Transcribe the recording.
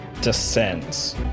descends